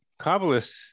Kabbalists